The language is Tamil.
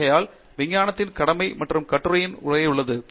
ஆகையால் விஞ்ஞானத்தில் கடமை மற்றும் கட்டுரையின் உரை உள்ளது